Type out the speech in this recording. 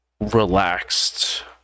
relaxed